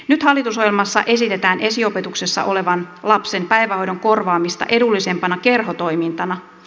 nyt hallitusohjelmassa esitetään esiopetuksessa olevan lapsen päivähoidon korvaamista edullisempana kerhotoimintana